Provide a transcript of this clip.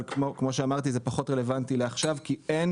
אבל כמו שאמרתי זה פחות רלוונטי לעכשיו כי אין